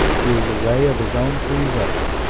he is away of his own free-will.